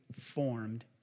formed